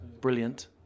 brilliant